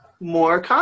more